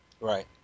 Right